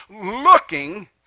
looking